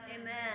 Amen